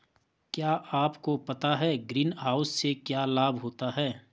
क्या आपको पता है ग्रीनहाउस से क्या लाभ होता है?